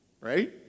Right